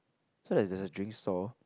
so there's there's a drink stall